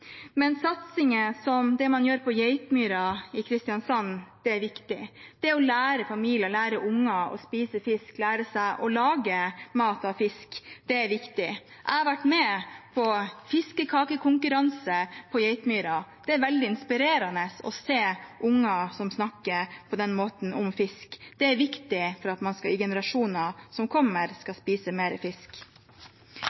som den man har på Geitmyra i Kristiansand, er viktig. Det å lære familier og unger å spise fisk og det å lære seg å lage mat av fisk er viktig. Jeg har vært med på fiskekakekonkurranse på Geitmyra. Det er veldig inspirerende å se unger som snakker på den måten om fisk. Det er viktig for at man i generasjoner som kommer, skal